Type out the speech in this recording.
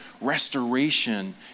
restoration